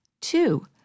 Two